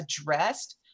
addressed